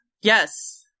Yes